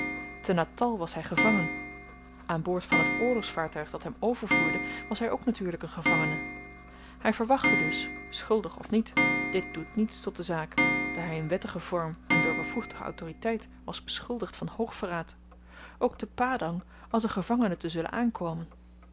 te natal was hy gevangen aan boord van t oorlogsvaartuig dat hem overvoerde was hy ook natuurlyk een gevangene hy verwachtte dus schuldig of niet dit doet niets tot de zaak daar hy in wettigen vorm en door bevoegde autoriteit was beschuldigd van hoogverraad ook te padang als een gevangene te zullen aankomen